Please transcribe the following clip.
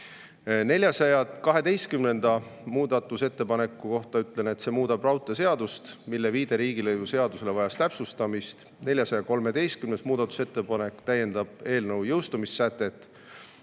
412. muudatusettepaneku kohta ütlen, et see muudab raudteeseadust, mille viide riigilõivuseadusele vajas täpsustamist. 413. muudatusettepanek täiendab eelnõu jõustumissätet,